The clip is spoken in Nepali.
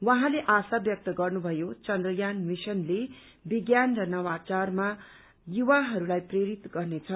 उहाँले आशा व्यक्त गर्नुभयो चन्द्रयान मिशनले विज्ञान र नवाचारमा युवाहरूलाई प्रेरित गर्नेछ